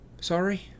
Sorry